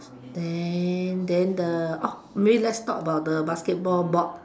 then then the oh maybe let's talk about the basketball board